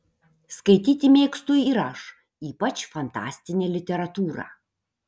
skaityti mėgstu ir aš ypač fantastinę literatūrą